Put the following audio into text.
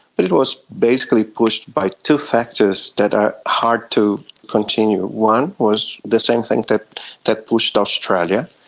but it was basically pushed by two factors that are hard to continue. one was the same thing that that pushed australia,